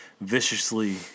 viciously